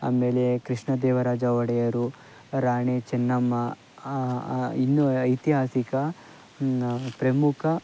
ಆಮೇಲೆ ಕೃಷ್ಣದೇವರಾಜ ಒಡೆಯರು ರಾಣಿ ಚೆನ್ನಮ್ಮ ಇನ್ನೂ ಐತಿಹಾಸಿಕ ಪ್ರಮುಖ